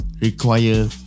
require